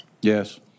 Yes